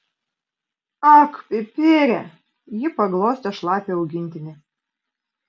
ak pipire ji paglostė šlapią augintinį